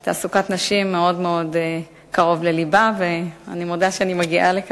המסחר והתעסוקה היו אמורים להיפתח בשנת